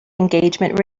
engagement